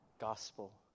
gospel